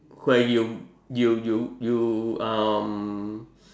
where you you you you um